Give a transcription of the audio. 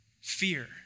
fear